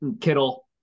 Kittle